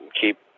keep